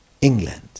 England